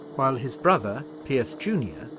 while his brother, pierce junior,